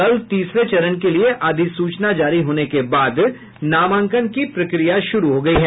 कल तीसरे चरण के लिए अधिसूचना जारी होने के बाद नामांकन की प्रक्रिया शुरू हो गयी है